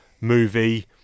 movie